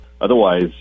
otherwise